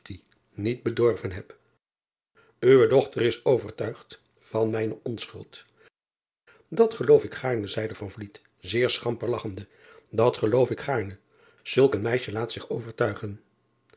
niet bedorven heb we dochter is overtuigd van mijne onschuld at geloof ik gaarne zeide zeer schamper lagchende dat geloof ik gaarne zulk een meisje laat zich ligt overtuigen